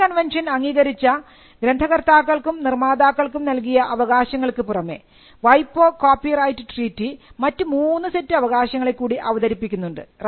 burn convention അംഗീകരിച്ച ഗ്രന്ഥകർത്താക്കൾക്കും നിർമ്മാതാക്കൾക്കും നൽകിയ അവകാശങ്ങൾക്ക് പുറമേ വൈപോ കോപ്പിറൈറ്റ് ട്രീറ്റി മറ്റ് മൂന്ന് സെറ്റ് അവകാശങ്ങളെ കൂടി അവതരിപ്പിക്കുന്നുണ്ട്